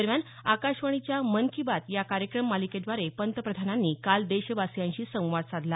दरम्यान आकाशवाणीच्या मन की बात या कार्यक्रम मालिकेद्वारे पंतप्रधानांनी काल देशवासियांशी संवाद साधला